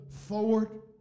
forward